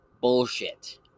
bullshit